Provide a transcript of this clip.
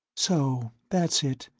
so that's it,